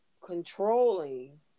controlling